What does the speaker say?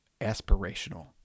aspirational